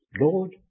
Lord